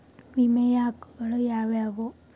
ವಿಮೆಯ ಹಕ್ಕುಗಳು ಯಾವ್ಯಾವು?